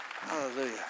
Hallelujah